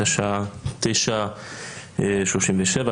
השעה 09:37,